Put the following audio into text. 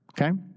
okay